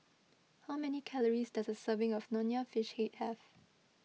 how many calories does a serving of Nonya Fish Head have